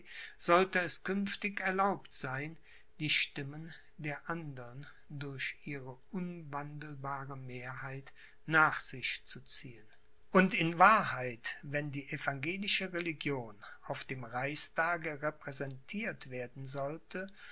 sollte es künftig erlaubt sein die stimmen der andern durch ihre unwandelbare mehrheit nach sich zu ziehen und in wahrheit wenn die evangelische religion auf dem reichstage repräsentiert werden sollte